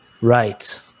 right